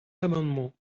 amendement